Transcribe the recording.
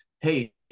Hey